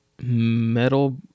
metal